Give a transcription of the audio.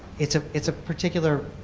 it's ah it's a particular